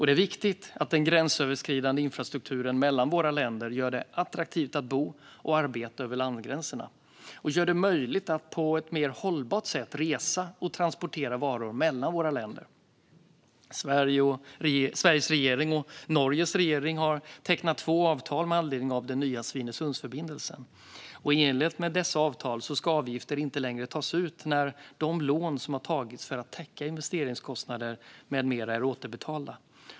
Det är viktigt att den gränsöverskridande infrastrukturen mellan våra länder gör det attraktivt att bo och arbeta över landsgränserna och gör det möjligt att på ett mer hållbart sätt resa och transportera varor mellan våra länder. Sveriges regering och Norges regering har tecknat två avtal med anledning av den nya Svinesundsförbindelsen. I enlighet med dessa avtal ska avgifter inte längre tas ut när de lån som har tagits för att täcka investeringskostnader med mera är återbetalda.